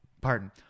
pardon